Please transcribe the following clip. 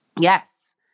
Yes